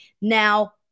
now